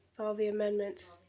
all the amendments.